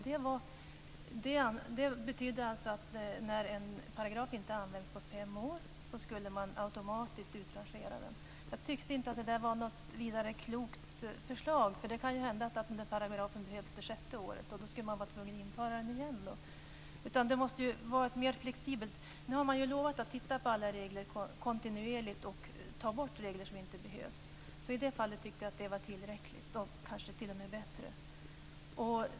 Det betyder att när en paragraf inte har tillämpats på fem år skall den automatiskt utrangeras. Jag tyckte inte att detta var något vidare klokt förslag. Det kan ju hända att paragrafen behövs det sjätte året, och då blir man tvungen att införa den igen. Det hela borde vara mer flexibelt. Nu har man lovat att kontinuerligt se över alla regler och ta bort dem som inte behövs. I det fallet tyckte jag att detta var tillräckligt och kanske t.o.m. bättre.